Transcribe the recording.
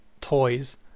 toys